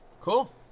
Cool